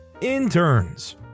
interns